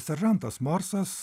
seržantas morsas